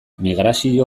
migrazio